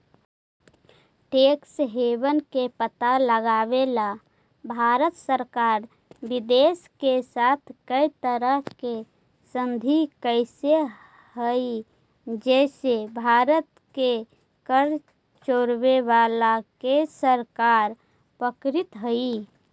tax haven के पता लगावेला भारत सरकार विदेश के साथ कै तरह के संधि कैले हई जे से भारत के कर चोरावे वालन के सरकार पकड़ित हई